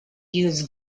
use